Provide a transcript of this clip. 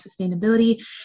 sustainability